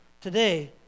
today